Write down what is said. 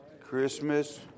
Christmas